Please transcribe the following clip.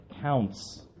counts